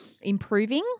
improving